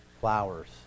flowers